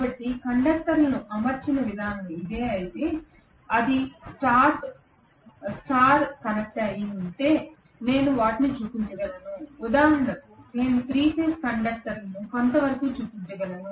కాబట్టి కండక్టర్లను అమర్చిన విధానం ఇదే అయితే అది స్టార్ కనెక్ట్ అయి ఉంటే నేను వాటిని చూపించగలను ఉదాహరణకు నేను 3 ఫేజ్ కండక్టర్లను కొంతవరకు చూపించగలను